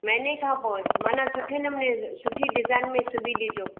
महिने खां पोइ माना सुठे नमुने सुठी डिज़ाइन में सिबी ॾिजो